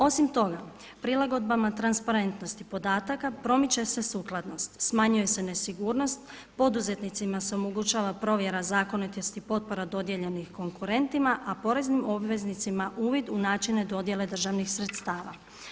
Osim toga, prilagodbama transparentnosti podataka promiče se sukladnost, smanjuje se nesigurnost, poduzetnicima se omogućava provjera zakonitosti i potpora dodijeljenih konkurentima a poreznim obveznicima uvid u načine dodjele državnih sredstava.